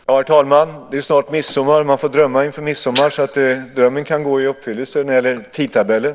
Herr talman! Ja, det är ju snart midsommar. Man får drömma inför midsommar. Drömmen kan gå i uppfyllelse när det gäller tidtabellen.